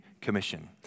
commission